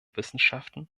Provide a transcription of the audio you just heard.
wissenschaften